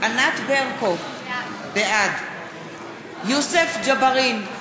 ענת ברקו, בעד יוסף ג'בארין,